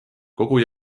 kogu